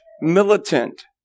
militant